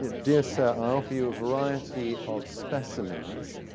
dear sir, i offer you a variety of specimens,